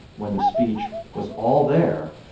when the speech was all there,